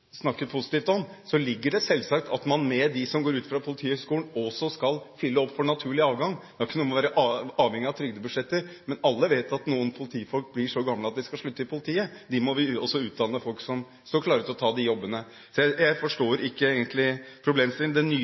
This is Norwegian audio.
fylle opp naturlig avgang. Det har ikke noe med det å være avhengig av trygdebudsjetter å gjøre. Men alle vet at politifolk etter hvert blir så gamle at de skal slutte i politiet. Da må vi også utdanne folk som står klare til å ta jobbene deres. Så jeg forstår egentlig ikke problemstillingen. Det nye